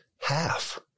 half